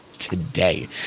today